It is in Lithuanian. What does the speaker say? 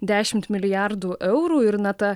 dešimt milijardų eurų ir na ta